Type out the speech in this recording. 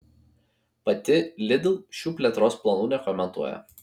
pati lidl šių plėtros planų nekomentuoja